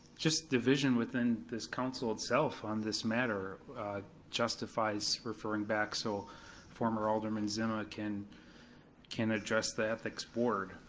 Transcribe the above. just the vision within this council itself on this matter justifies referring back so former alderman zima can can address the ethics board.